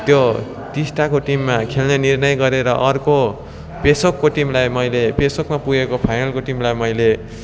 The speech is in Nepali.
त्यो टिस्टाको टिममा खेल्ने निर्णय गरेँ र अर्को पेसोकको टिमलाई मैले पेसोकमा पुगेको फाइनलको टिमलाई मैले